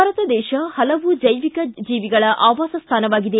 ಭಾರತ ದೇಶ ಪಲವು ಜೈವಿಕ ಜೀವಿಗಳ ಆವಾಸಸ್ಥಾನವಾಗಿದೆ